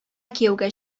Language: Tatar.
кияүгә